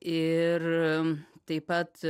ir taip pat